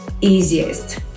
easiest